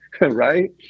right